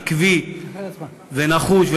עקבי ונחוש,